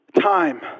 Time